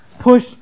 push